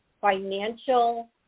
financial